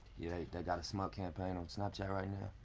you know they got a smug campaign on snapchat right now.